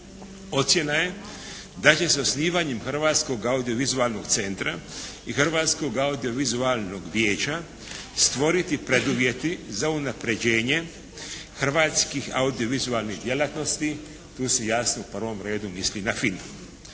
Ocjena je da će se osnivanjem Hrvatskog audio-vizualnog centra i Hrvatskog audio-vizualnog vijeća stvoriti preduvjeti za unapređenje hrvatskih audio-vizualnih djelatnosti. Tu se jasno u prvom redu misli na film.